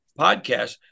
podcast